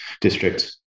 districts